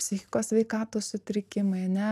psichikos sveikatos sutrikimai a ne